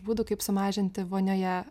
būdų kaip sumažinti vonioje